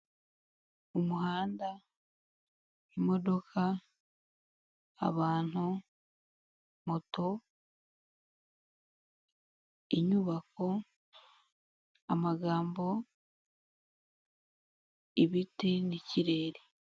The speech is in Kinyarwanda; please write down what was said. Umuhanda, imodoka, abantu, moto, inyubako, amagambo, ibiti n'ikirere.